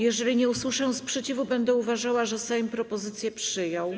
Jeżeli nie usłyszę sprzeciwu, będę uważała, że Sejm propozycję przyjął.